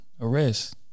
arrest